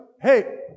Hey